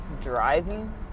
Driving